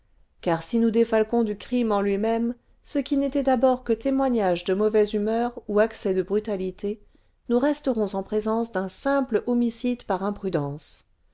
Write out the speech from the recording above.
car si nous défalquons du crime en lui-même ce qui n'était d'abord que témoignages de mauvaise humeur ou accès de brutalité nous resterons en présence d'un simple homicide par imprudence